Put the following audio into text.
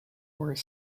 were